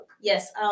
yes